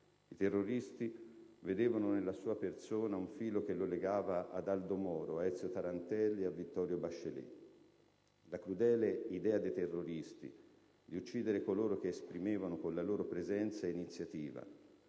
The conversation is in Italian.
I terroristi vedevano nella sua persona un filo che lo legava ad Aldo Moro, a Ezio Tarantelli e a Vittorio Bachelet. La crudele idea dei terroristi di uccidere coloro che esprimevano con la loro presenza e iniziativa